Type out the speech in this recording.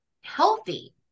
healthy